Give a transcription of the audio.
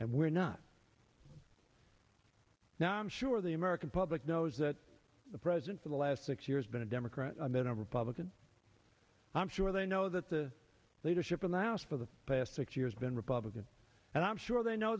and we're not now i'm sure the him aurukun public knows that the president for the last six years been a democrat been a republican i'm sure they know that the leadership in the house for the past six years been republican and i'm sure they know